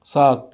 سات